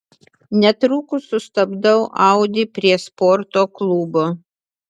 netrukus sustabdau audi prie sporto klubo